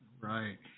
Right